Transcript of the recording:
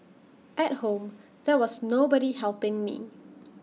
at home there was nobody helping me